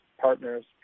partners